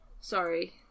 Sorry